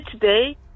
today